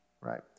right